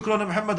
תודה מוחמד.